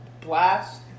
Blast